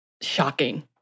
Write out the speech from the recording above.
Shocking